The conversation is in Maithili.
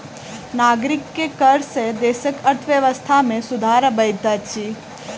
नागरिक के कर सॅ देसक अर्थव्यवस्था में सुधार अबैत अछि